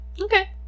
Okay